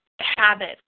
habit